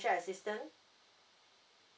assistance